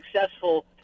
successful